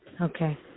okay